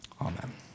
amen